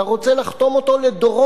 אתה רוצה לחתום אותו לדורות.